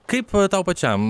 kaip tau pačiam